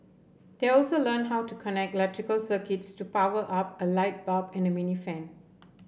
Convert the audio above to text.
they also learnt how to connect electrical circuits to power up a light bulb and a mini fan